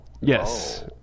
Yes